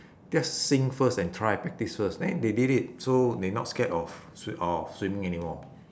just sink first and try practise first then they did it so they not scared of swi~ of swimming anymore